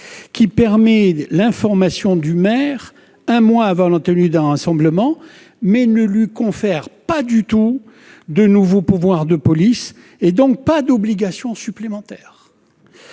qui permet l'information du maire un mois avant la tenue d'un rassemblement, mais il ne lui confère pas de nouveau pouvoir de police, donc pas d'obligation supplémentaire.